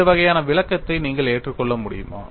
இந்த வகையான விளக்கத்தை நீங்கள் ஏற்றுக்கொள்ள முடியுமா